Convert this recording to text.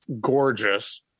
gorgeous